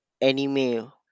anime